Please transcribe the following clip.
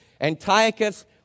Antiochus